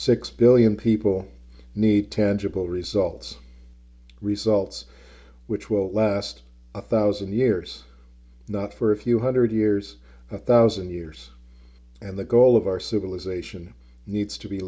six billion people need tangible results results which will last a thousand years not for a few hundred years a thousand years and the goal of our civilization needs to be